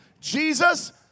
Jesus